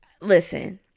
Listen